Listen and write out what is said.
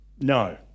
no